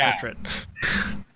portrait